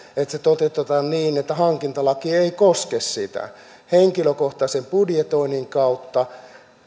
että se toteutetaan niin että hankintalaki ei koske sitä henkilökohtaisen budjetoinnin kautta